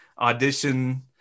audition